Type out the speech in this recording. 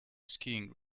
skiing